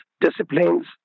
disciplines